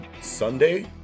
Sunday